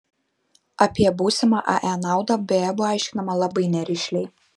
apie būsimą ae naudą beje buvo aiškinama labai nerišliai